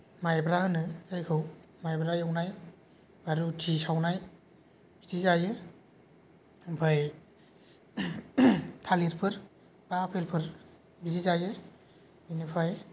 माइब्रा होनो जायखौ माइब्रा एवनाय आरो रुटि सावनाय बिदि जायो ओमफाय थालिरफोर बा आपेलफोर बिदि जायो बिनिफ्राय